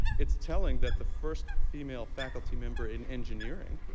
it's telling that the first female faculty member in engineering,